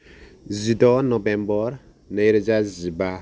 जिद' नबेम्बर नै रोजा जिबा